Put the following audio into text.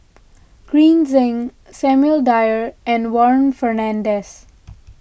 Green Zeng Samuel Dyer and Warren Fernandez